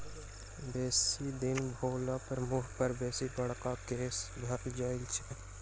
बेसी दिन भेलापर मुँह पर बेसी बड़का केश भ जाइत छै